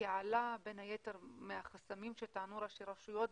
כי עלה בין היתר מהחסמים שטענו ראשי הרשויות,